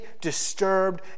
disturbed